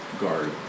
guard